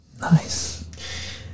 Nice